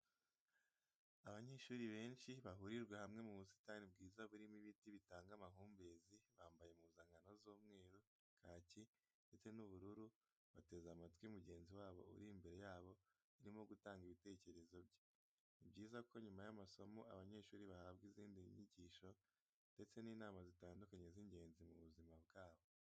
Abanyeshuri benshi bahurijwe hamwe mu busitani bwiza burimo ibiti bitanga amahumbezi, bambaye impuzankano z'umweru, kaki ndetse n'ubururu bateze amatwi mugenzi wabo uri imbere yabo urimo gutanga ibitekerezo bye. Ni byiza ko nyuma y'amasomo abanyeshuri bahabwa izindi nyigisho ndetse n'inama zitandukanye z'ingenzi mu buzima bwabo.